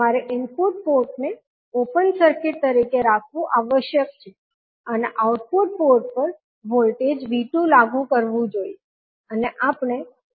તમારે ઇનપુટ પોર્ટને open circuit તરીકે રાખવું આવશ્યક છે અને આઉટપુટ પોર્ટ પર વોલ્ટેજ V2 લાગુ કરવું જોઈએ અને આપણે I2 ની કિંમત માપીએ છીએ